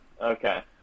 okay